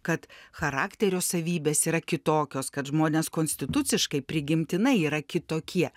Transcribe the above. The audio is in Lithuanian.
kad charakterio savybės yra kitokios kad žmonės konstituciškai prigimtinai yra kitokie